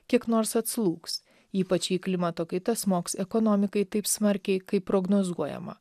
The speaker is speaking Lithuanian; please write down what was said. kiek nors atslūgs ypač jei klimato kaita smogs ekonomikai taip smarkiai kaip prognozuojama